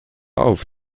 auf